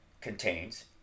contains